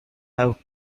have